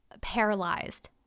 paralyzed